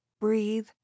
breathe